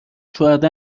چهارده